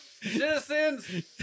Citizens